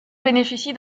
bénéficie